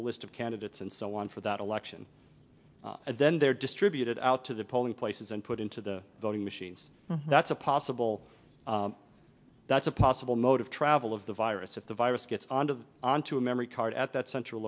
the list of candidates and so on for that election and then they're distributed out to the polling places and put into the voting machines that's a possible that's a possible motive travel of the virus if the virus gets onto a memory card at that central